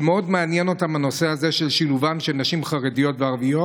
שמאוד מעניין אותם הנושא הזה של שילובן של נשים חרדיות וערביות.